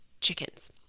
chickens